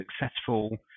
successful